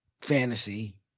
Fantasy